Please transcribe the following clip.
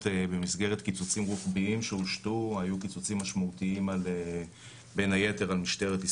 רואים גם אבטחה מבצעית,